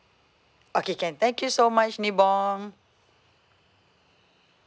okay can thank you so much nibong